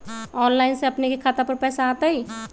Online से अपने के खाता पर पैसा आ तई?